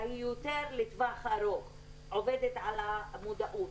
היא יותר לטווח הארוך עובדת על המודעות.